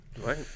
Right